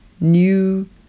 new